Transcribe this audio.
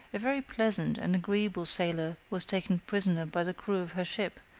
a very pleasant and agreeable sailor was taken prisoner by the crew of her ship,